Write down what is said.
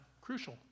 crucial